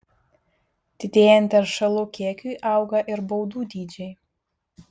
didėjant teršalų kiekiui auga ir baudų dydžiai